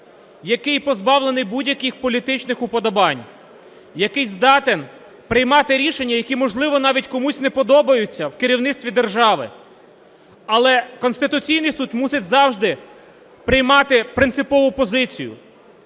який позбавлений будь-яких політичних уподобань, який здатен приймати рішення, які, можливо, навіть комусь не подобаються в керівництві держави. Але Конституційний Суд мусить завжди приймати принципову позицію.